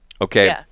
Okay